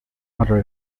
other